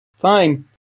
Fine